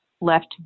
left